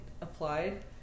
applied